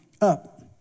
up